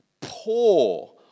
poor